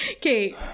Kate